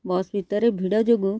bus ଭିତରେ ଭିଡ଼ ଯୋଗୁଁ